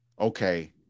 okay